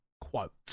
quote